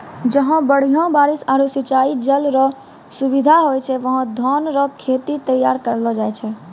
जहां बढ़िया बारिश आरू सिंचाई जल रो सुविधा होय छै वहां धान रो खेत तैयार करलो जाय छै